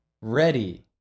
ready